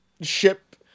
Ship